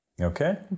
Okay